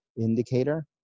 indicator